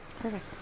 Perfect